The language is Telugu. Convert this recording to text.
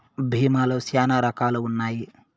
భీమా లో శ్యానా రకాలు ఉన్నాయి